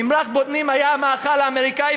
ממרח בוטנים היה המאכל האמריקני,